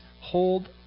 hold